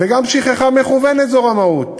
וגם שכחה מכוונת זו רמאות.